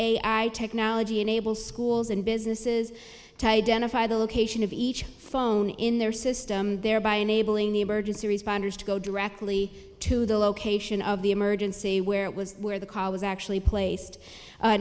ai technology enables schools and businesses to tie down a fire the location of each phone in their system thereby enabling the emergency responders to go directly to the location of the emergency where it was where the call was actually placed a